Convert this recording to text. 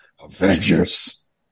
Avengers